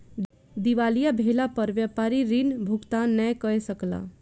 दिवालिया भेला पर व्यापारी ऋण भुगतान नै कय सकला